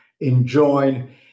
enjoin